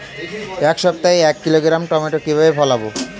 এক সপ্তাহে এক কিলোগ্রাম টমেটো কিভাবে ফলাবো?